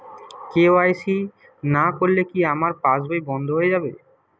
KYC না করলে কি আমার পাশ বই বন্ধ হয়ে যাবে?